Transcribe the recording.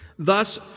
Thus